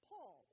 Paul